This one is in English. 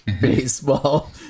baseball